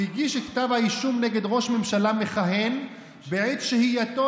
הוא הגיש את כתב האישום נגד ראש ממשלה מכהן בעת שהייתו